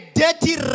dirty